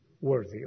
worthy